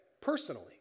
personally